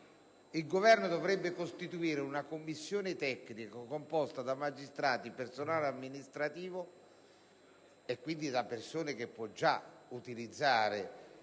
il Governo dovrebbe costituire una commissione tecnica, composta da magistrati, personale amministrativo, e quindi da persone che può già utilizzare